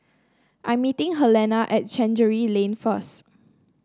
I'm meeting Helena at Chancery Lane first